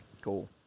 cool